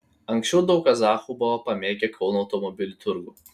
anksčiau daug kazachų buvo pamėgę kauno automobilių turgų